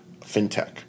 fintech